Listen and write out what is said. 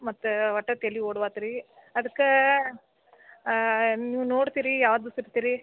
ಮತ್ತೆ ಒಟ್ಟು ತಲೆ ಓಡುವಾತ್ ರೀ ಅದ್ಕೆ ನೀವು ನೋಡ್ತೀರಿ ಯಾವ ದಿವ್ಸ ಇರ್ತೀರಿ